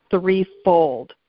threefold